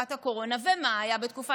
ומה היה בתקופת הקורונה?